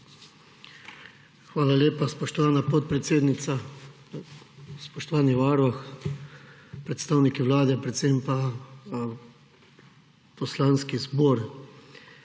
Hvala lepa, spoštovana podpredsednica. Spoštovani varuh, predstavniki Vlade, predvsem pa poslanski zbor!